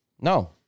no